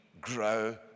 grow